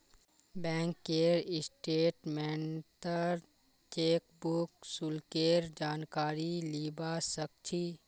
बैंकेर स्टेटमेन्टत चेकबुक शुल्केर जानकारी लीबा सक छी